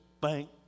bank